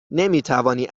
نمیتوانی